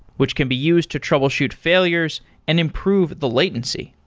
which can be used to troubleshoot failures and improve the latency.